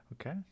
Okay